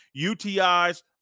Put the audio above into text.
UTIs